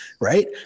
Right